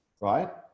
right